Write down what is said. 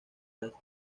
gases